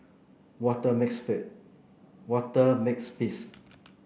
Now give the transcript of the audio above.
Walter Walter Makepeace